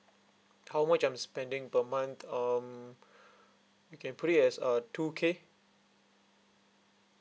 how much I'm spending per month um you can put it as uh two K